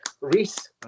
Reese